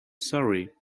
sorry